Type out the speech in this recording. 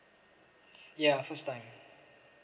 yeah first time